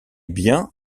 bien